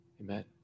Amen